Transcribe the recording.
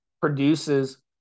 produces